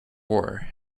war